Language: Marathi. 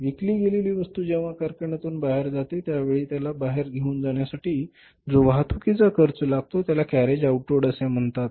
विकली गेलेली वस्तू जेव्हा कारखान्यातून बाहेर जाते त्यावेळी त्याला बाहेर घेऊन जाण्यासाठी जो वाहतुकीचा खर्च लागतो त्याला कॅरेज आउटवर्ड असे म्हणतात